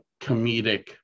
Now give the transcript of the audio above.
comedic